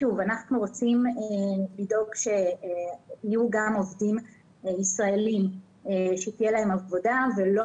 אנחנו רוצים לדאוג שיהיו גם עובדים ישראלים שתהיה להם עבודה ולא